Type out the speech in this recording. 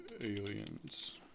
aliens